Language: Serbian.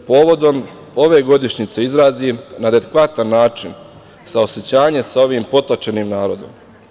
Povodom ove godišnjice izrazim na adekvatan način saosećanje sa ovim potlačenim narodom.